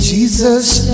Jesus